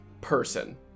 person